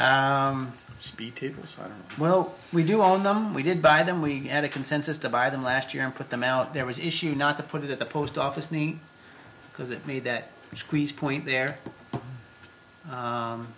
was well we do on them we did buy them we had a consensus to buy them last year and put them out there was an issue not to put it at the post office neat because it made that squeeze point there